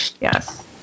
yes